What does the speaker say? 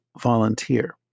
volunteer